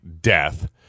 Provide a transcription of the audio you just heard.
death